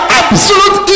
absolute